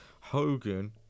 Hogan